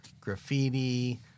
graffiti